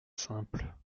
simple